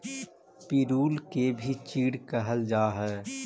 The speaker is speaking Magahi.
पिरुल के भी चीड़ कहल जा हई